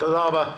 תודה רבה.